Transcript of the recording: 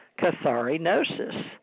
catharinosis